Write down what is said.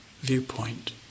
viewpoint